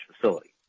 facility